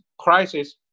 crisis